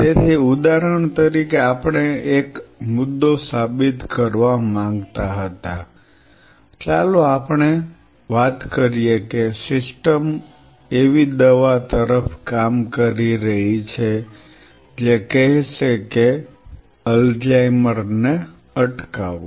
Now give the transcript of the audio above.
તેથી ઉદાહરણ તરીકે આપણે એક મુદ્દો સાબિત કરવા માંગતા હતા ચાલો આપણે વાત કરીએ કે સિસ્ટમ એવી દવા તરફ કામ કરી રહી છે જે કહેશે કે અલ્ઝાઇમર ને અટકાવો